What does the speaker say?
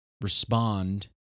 respond